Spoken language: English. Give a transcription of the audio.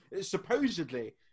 Supposedly